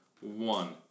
one